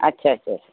अच्छा अच्छा अच्छा